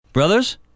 Brothers